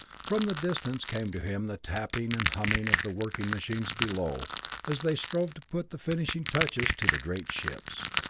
from the distance came to him the tapping and humming of the working machines below as they strove to put the finishing touches to the great ships.